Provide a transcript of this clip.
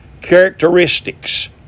characteristics